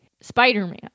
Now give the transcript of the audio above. Spider-Man